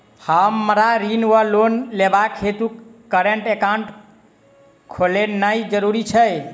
हमरा ऋण वा लोन लेबाक हेतु करेन्ट एकाउंट खोलेनैय जरूरी छै?